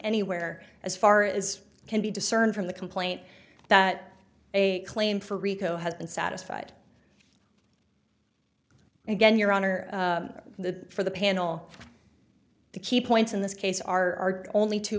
anywhere as far as can be discerned from the complaint that a claim for rico has been satisfied and again your honor the for the panel the key points in this case are only two